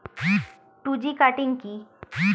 Two G cutting কি?